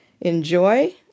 enjoy